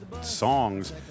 songs